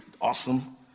awesome